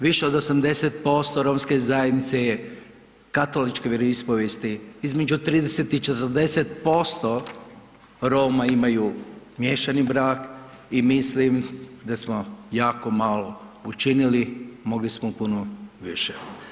Više od 80% romske zajednice je katoličke vjeroispovijesti, između 30 i 40% Roma imaju miješani brak i mislim da smo jako malo učinili, mogli smo puno više.